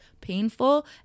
painful